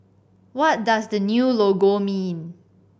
what does the new logo mean